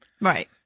right